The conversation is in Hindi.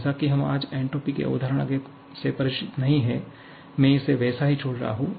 जैसा कि हम आज एन्ट्रापी की अवधारणा से परिचित नहीं हैं मैं इसे वैसा ही छोड़ रहा हूं